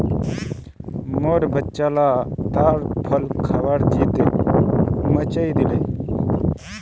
मोर बच्चा ला ताड़ फल खबार ज़िद मचइ दिले